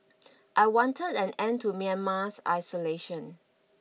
I wanted an end to Myanmar's isolation